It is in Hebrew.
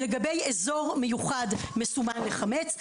לגבי אזור מיוחד מסומן לחמץ,